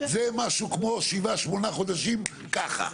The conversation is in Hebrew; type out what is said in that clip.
זה משהו כמו שבעה או שמונה חודשים ככה.